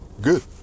Good